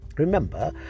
Remember